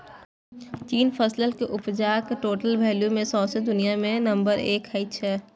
चीन फसलक उपजाक टोटल वैल्यू मे सौंसे दुनियाँ मे नंबर एक छै